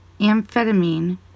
amphetamine